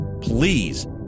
Please